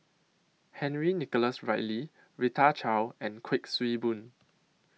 Henry Nicholas Ridley Rita Chao and Kuik Swee Boon